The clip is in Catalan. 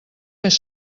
més